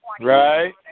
Right